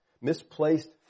misplaced